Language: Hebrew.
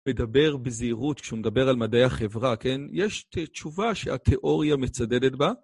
מדבר בזהירות כשהוא מדבר על מדעי החברה, כן? יש תשובה שהתיאוריה מצדדת בה